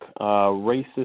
racist